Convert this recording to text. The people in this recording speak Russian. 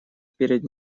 перед